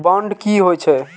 Bond की होई छै?